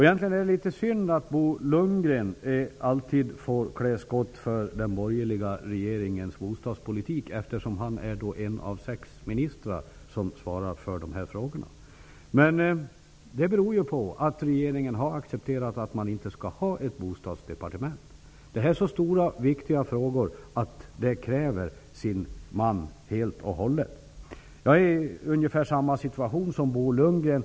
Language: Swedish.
Egentligen är det litet synd att Bo Lundgren alltid får klä skott för den borgerliga regeringens bostadspolitik. Han är en av sex ministrar som svarar för dessa frågor. Men det beror ju på att regeringen har accepterat att inte ha ett bostadsdepartement. Det här är så stora och viktiga frågor, att de kräver sin man helt och hållet. Jag är i ungefär samma situation som Bo Lundgren.